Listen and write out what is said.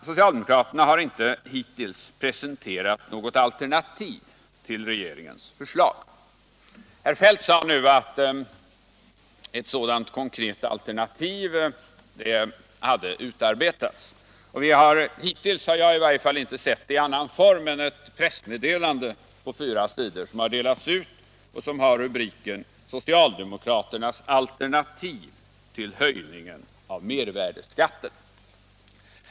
Socialdemokraterna har inte hittills presenterat något alternativ till regeringens förslag. Herr Feldt sade i sitt anförande att ett sådant konkret alternativ hade utarbetats. Hittills har jag inte sett det i annan form än ett pressmeddelande på fyra sidor som har delats ut och som har rubriken Socialdemokraternas alternativ till höjningen av mervärdeskatten.